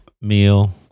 Meal